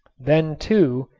then, too,